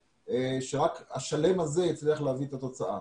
ורק השלם הזה הצליח להביא את התוצאה.